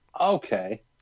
Okay